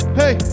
hey